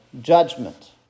judgment